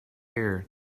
air